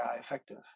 effective